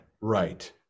Right